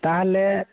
ᱛᱟᱦᱞᱮ